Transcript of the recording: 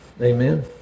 Amen